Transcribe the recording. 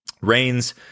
Rains